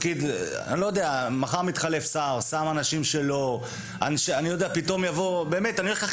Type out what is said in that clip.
אם מחר מתחלף השר אני הולך על הכי